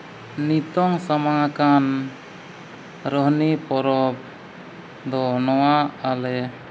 ᱱᱤᱛᱳᱜ ᱥᱟᱢᱟᱝ ᱟᱠᱟᱱ ᱨᱳᱦᱱᱤ ᱯᱚᱨᱚᱵᱽ ᱫᱚ ᱱᱚᱣᱟ ᱟᱞᱮ